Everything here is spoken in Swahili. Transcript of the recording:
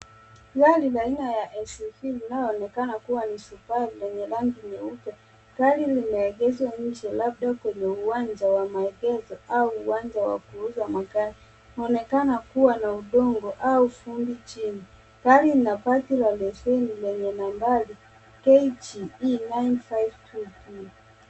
Gari la aina ya SUV linaonekana kuwa ni subaru lenye rangi nyeupe. Gari limeegeshwa nje labda kwenye uwanja wa maegesho au uwanja wa kuuza magari. Inaonekana kuwa na udongo au vumbi chini. Gari lina bati la leseni lenye nambari KDE 952 E.